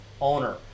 owner